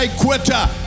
quitter